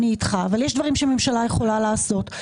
אני איתך, אבל יש דברים שהממשלה יכולה לעשות.